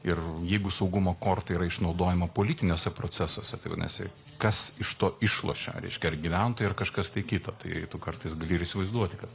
ir jeigu saugumo korta yra išnaudojama politiniuose procesuose tai vadinasi kas iš to išlošia reiškia ar gyventojai ar kažkas tai kito tai tu kartais gali ir įsivaizduoti kad